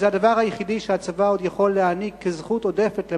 אבל זה הדבר היחידי שהצבא עוד יכול להעניק כזכות עודפת,